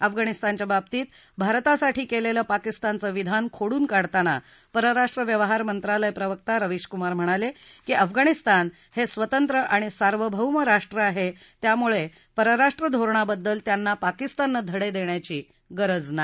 अफगाणिस्तानच्या बाबतीत भारतासाठी केलेलं पाकिस्तानचं विधान खोडून काढताना परराष्ट्र व्यवहार मंत्रालय प्रवक्ता रवीश कुमार म्हणाले की अफगाणिस्तान हे स्वतंत्र आणि सार्वभौम राष्ट्र आहे त्यामुळे परराष्ट्र धोरणाबद्दल त्यांना पाकिस्ताननं धडे देण्याची गरज नाही